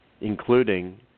including